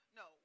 no